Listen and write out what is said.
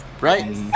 Right